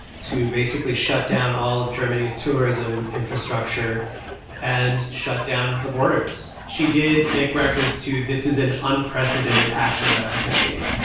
to basically shut down all of germany's tourism infrastructure and shut down the borders. she did make reference to this is an unprecedented action that i'm taking.